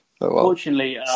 Unfortunately